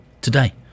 today